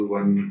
one